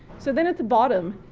so then at the bottom,